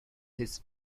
his